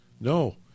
No